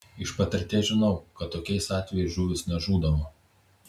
iš patirties žinau kad tokiais atvejais žuvys nežūdavo